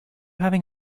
having